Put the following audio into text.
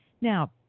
Now